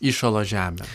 įšalo žemę